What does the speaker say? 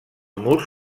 murs